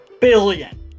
billion